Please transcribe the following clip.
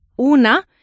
una